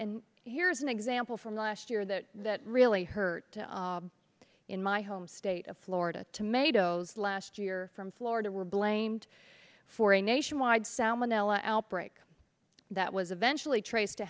and here's an example from last year that that really hurt in my home state of florida tomatoes last year from florida were blamed for a nationwide salmonella outbreak that was eventually traced to